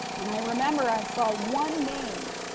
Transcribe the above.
and, i remember, i saw one name.